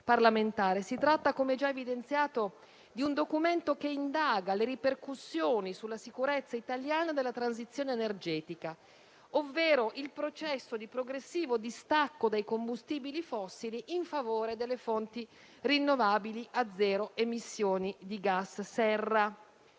Si tratta - come già evidenziato - di un documento che indaga le ripercussioni sulla sicurezza italiana della transizione energetica, ovvero il processo di progressivo distacco dai combustibili fossili in favore delle fonti rinnovabili a zero emissioni di gas serra.